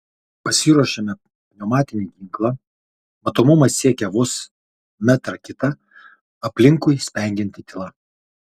pasiruošiame pneumatinį ginklą matomumas siekia vos metrą kitą aplinkui spengianti tyla